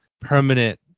permanent